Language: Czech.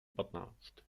patnáct